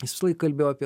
jis visąlaik kalbėjo apie